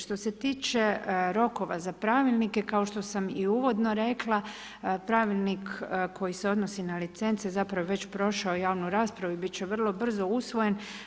Što se tiče rokova za pravilnike, kao što sam i uvodno rekla, pravilnik koji se odnosi na licence zapravo je već prošao javnu raspravu i biti će vrlo brzo usvojen.